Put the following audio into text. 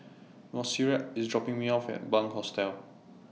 Monserrat IS dropping Me off At Bunc Hostel